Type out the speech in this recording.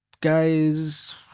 Guys